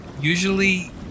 usually